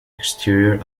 exterior